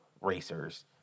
racers